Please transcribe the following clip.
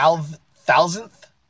thousandth